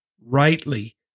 rightly